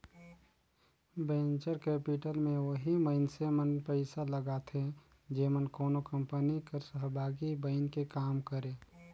venture capital में ओही मइनसे मन पइसा लगाथें जेमन कोनो कंपनी कर सहभागी बइन के काम करें